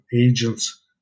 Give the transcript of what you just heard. agents